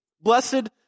Blessed